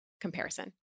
comparison